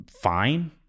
Fine